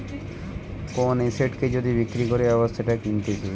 কোন এসেটকে যদি বিক্রি করে আবার সেটা কিনতেছে